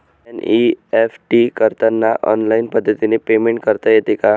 NEFT करताना online पद्धतीने payment करता येते का?